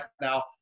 now